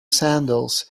sandals